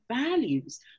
values